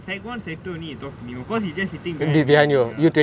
secondary one secondary two only he talk to me of course he just sitting behind me only ya